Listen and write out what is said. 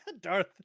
Darth